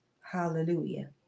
Hallelujah